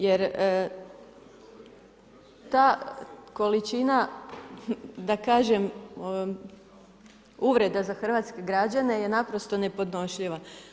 Jer ta količina da kažem uvreda za hrvatske građane je naprosto nepodnošljiva.